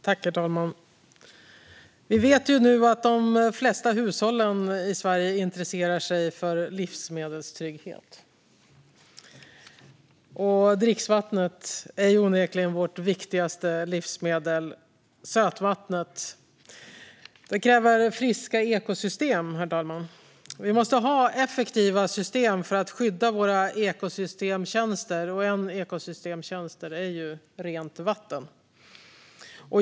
Herr talman! Vi vet nu att de flesta hushåll i Sverige intresserar sig för livsmedelstrygghet. Dricksvattnet, sötvattnet, är onekligen vårt viktigaste livsmedel. Sötvattnet kräver friska ekosystem, herr talman. Vi måste ha effektiva system för att skydda våra ekosystemtjänster, och en ekosystemtjänst är rent vatten.